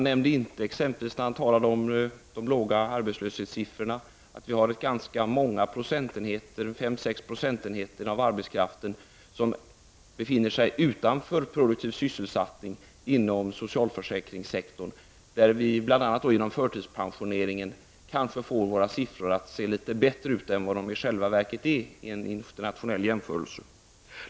När han talade om de låga arbetslöshetssiffrorna nämnde han ingenting om att fem till sex procentenheter av arbetskraften befinner sig utanför produktiv sysselsättning, inom socialförsäkringssektorn. Genom t.ex. förtidspensionering kanske vi får våra siffror att se litet bättre ut i en internationell jämförelse än vad de i själva verket är.